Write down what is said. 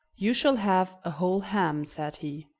you shall have a whole ham, said he.